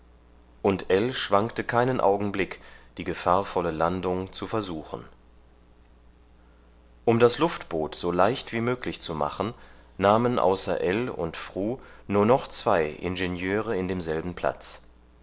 und ill schwankte keinen augenblick die gefahrvolle landung zu versuchen um das luftboot so leicht wie möglich zu machen nahmen außer ell und fru nur noch zwei ingenieure in demselben platz